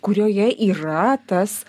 kurioje yra tas